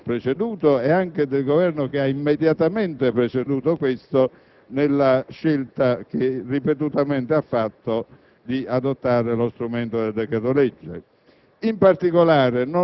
dei Governi precedenti, e anche del Governo che ha immediatamente preceduto questo nella scelta che ha ripetutamente fatto di adottare lo strumento del decreto‑legge.